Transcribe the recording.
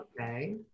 Okay